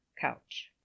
Couch